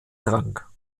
rang